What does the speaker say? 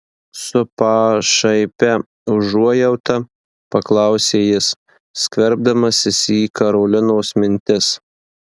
su pašaipia užuojauta paklausė jis skverbdamasis į karolinos mintis